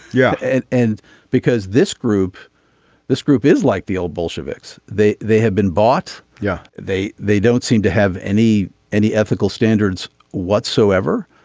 yeah and and because this group this group is like the old bolsheviks they they have been bought. yeah they they don't seem to have any any ethical standards whatsoever.